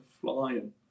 flying